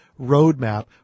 roadmap